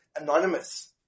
anonymous